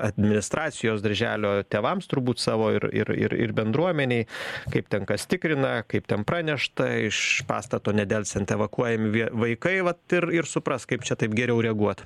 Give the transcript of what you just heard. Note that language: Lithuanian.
administracijos darželio tėvams turbūt savo ir ir ir bendruomenei kaip ten kas tikrina kaip ten pranešta iš pastato nedelsiant evakuojami vai vaikai vat ir suprask kaip čia taip geriau reaguot